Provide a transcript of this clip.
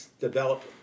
Develop